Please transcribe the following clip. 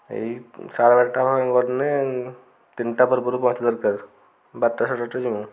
ଏଇ ସାଢ଼େ ବାରଟା ଗଲେ ତିନିଟା ପୂର୍ବରୁ ପହଞ୍ଚିବା ଦରକାର ବାରଟା ସାଢ଼େ ବାରଟା ଯିବୁ